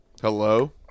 Hello